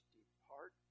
depart